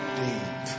deep